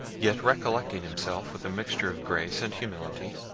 yet recollecting himself, with a mixture of grace and humility,